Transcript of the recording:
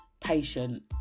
patient